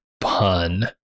pun